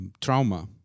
trauma